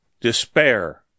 despair